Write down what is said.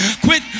Quit